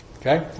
Okay